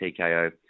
TKO